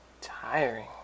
Tiring